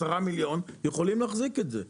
עשרה מיליון יכולים להחזיק את זה.